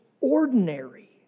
ordinary